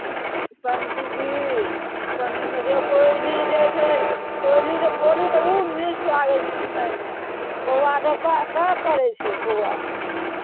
पनडुब्बी पानिओमे जे कोयली जे छै कोयलीके बोली तऽ ओ मीठ लागै छै सुनैमे कौआ तऽ काँय काँय करै छै कौआ